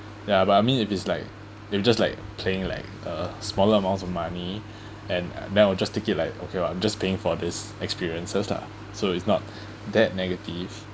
ya but I mean if it's like if you're just like playing like a smaller amounts of money and then I will just take it like okay uh I'm just paying for this experiences lah so it's not that negative